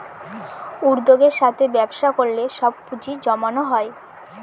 উদ্যোগের সাথে ব্যবসা করলে সব পুজিঁ জমানো হয়